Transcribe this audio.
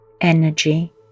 energy